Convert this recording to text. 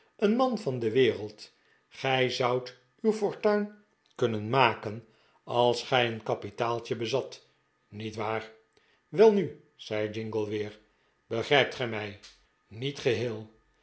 een man van dewereldj gij zoudt uw fortuin kunnen maken als gij een kapitaaltje bezat nietwaar welnu zei jingle weer begrijpt gij mij niet geheel